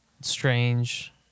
Strange